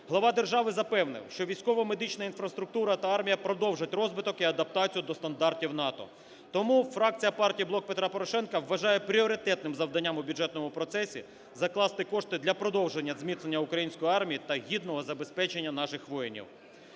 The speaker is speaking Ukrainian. Глава держави запевнив, що військова медична інфраструктура та армія продовжать розвиток і адаптацію до стандартів НАТО. Тому фракція партії "Блок Петра Порошенка" вважає пріоритетним завданням в бюджетному процесі закласти кошти для продовження зміцнення української армії та гідного забезпечення наших воїнів.